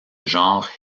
genre